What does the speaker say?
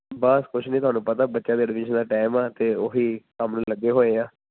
ਬਸ ਕੁਛ ਨਹੀਂ ਤੁਹਾਨੂੰ ਪਤਾ ਬੱਚਿਆਂ ਦੇ ਐਡਮਿਸ਼ਨ ਦਾ ਟਾਈਮ ਆ ਤਾਂ ਉਹੀ ਕੰਮ ਲੱਗੇ ਹੋਏ ਹਾਂ